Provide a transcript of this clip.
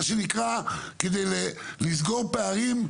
מה שנקרא כדי לסגור פערים,